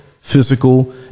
physical